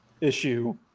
issue